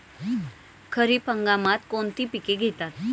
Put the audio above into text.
खरीप हंगामात कोणती पिके घेतात?